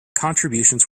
contributions